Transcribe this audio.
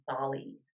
Bali